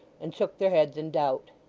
and shook their heads in doubt.